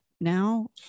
Now